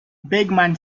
bergman